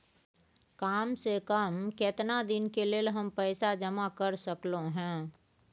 काम से कम केतना दिन के लेल हम पैसा जमा कर सकलौं हैं?